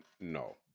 No